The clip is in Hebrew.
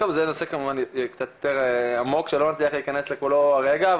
זה נושא יותר עמוק, שלא נצליח להיכנס לכולו כרגע.